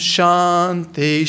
Shanti